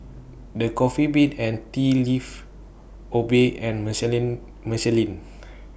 The Coffee Bean and Tea Leaf Obey and Michelin Michelin